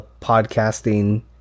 podcasting